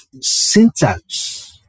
syntax